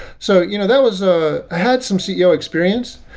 so you know that was a i had some ceo experience,